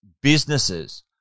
businesses